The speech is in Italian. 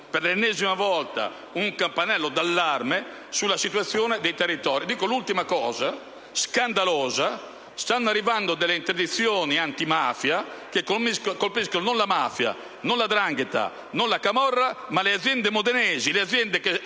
per l'ennesima volta il campanello d'allarme sulla situazione dei territori. Dico un'ultima cosa scandalosa: stanno arrivando delle interdizioni antimafia che colpiscono non la mafia, non la 'ndrangheta, non la camorra, ma le aziende modenesi, le aziende che